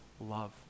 love